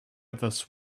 others